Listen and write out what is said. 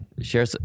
share